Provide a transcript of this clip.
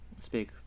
speak